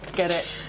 get it.